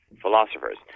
philosophers